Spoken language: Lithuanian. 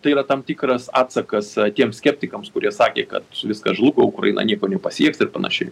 tai yra tam tikras atsakas tiems skeptikams kurie sakė kad viskas žlugo ukraina nieko nepasieks ir panašiai